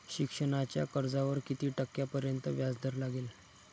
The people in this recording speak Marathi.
शिक्षणाच्या कर्जावर किती टक्क्यांपर्यंत व्याजदर लागेल?